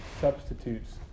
substitutes